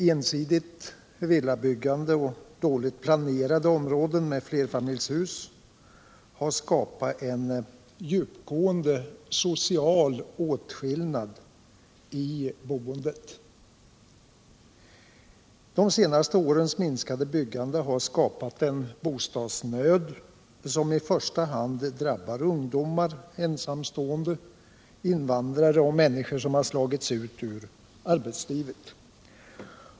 Ensidigt villabyggande och dåligt planerade områden med flerfamiljshus har skapat en djupgående social åtskillnad i boendet. De senaste årens minskade byggande har skapat en bostadsnöd, som i första hand drabbar ungdomar, ensamstående invandrare och människor som har slagits ut ur arbetslivet.